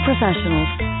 professionals